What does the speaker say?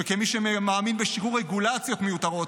וכמי שמאמין בשחרור רגולציות מיותרות,